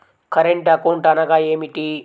Current account అనగా ఏమిటి?